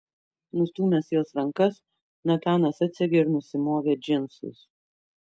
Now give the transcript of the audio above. nustūmęs jos rankas natanas atsegė ir nusimovė džinsus